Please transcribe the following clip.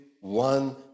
one